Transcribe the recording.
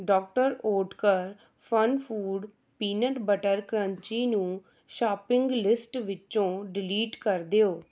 doctor Oetker FunFood peanut butter crunchy ਨੂੰ shopping list ਵਿੱਚੋਂ delete ਕਰ ਦਿਓ